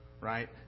right